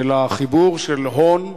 של החיבור של הון,